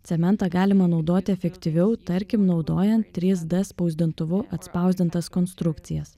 cementą galima naudoti efektyviau tarkim naudojant trys d spausdintuvu atspausdintas konstrukcijas